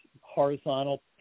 horizontal –